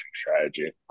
strategy